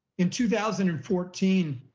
in two thousand and fourteen,